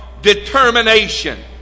Determination